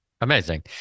Amazing